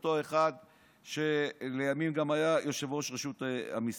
אותו אחד שלימים גם היה יושב-ראש רשות המיסים.